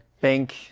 bank